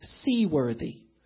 seaworthy